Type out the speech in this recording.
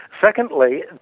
secondly